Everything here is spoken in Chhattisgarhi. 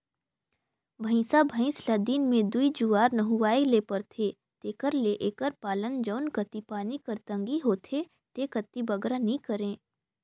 भंइसा भंइस ल दिन में दूई जुवार नहुवाए ले परथे तेकर ले एकर पालन जउन कती पानी कर तंगी होथे ते कती बगरा नी करें